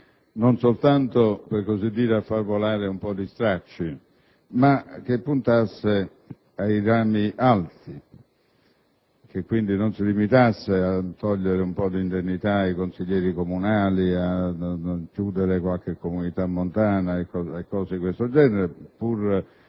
non soltanto, per così dire, a far volare un po' di stracci, ma guardasse ai rami alti. Che quindi non si limitasse a tagliare un po' di indennità ai consiglieri comunali, a chiudere qualche comunità montana e cose di questo genere.